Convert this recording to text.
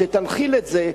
שתנחיל את זה.